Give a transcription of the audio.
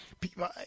people